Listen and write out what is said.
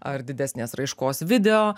ar didesnės raiškos video